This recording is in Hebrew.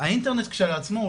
שהאינטרנט כשלעצמו,